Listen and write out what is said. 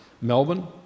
Melbourne